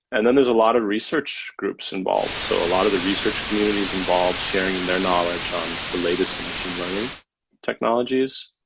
and then there's a lot of research groups involved. so a lot of the research communities involved, sharing their knowledge on the latest in machine learning technologies.